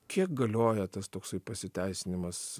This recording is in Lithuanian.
kiek galioja tas toksai pasiteisinimas